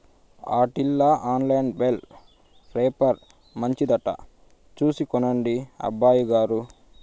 ఆటిల్ల in line bale wrapper మంచిదట చూసి కొనండి అబ్బయిగారు